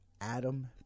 Adam